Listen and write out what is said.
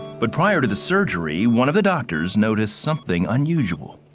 but prior to the surgery, one of the doctors noticed something unusual.